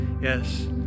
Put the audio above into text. yes